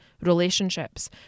relationships